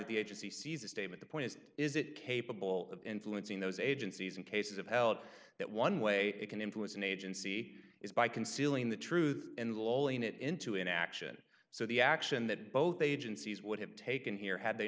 the agency seize a statement the point is it capable of influencing those agencies in cases of help that one way it can influence an agency is by concealing the truth and lowering it into an action so the action that both agencies would have taken here had they